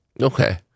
Okay